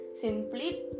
simply